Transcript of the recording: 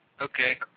Okay